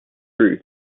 truth